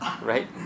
Right